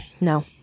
No